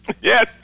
Yes